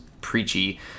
preachy